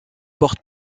porte